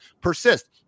persist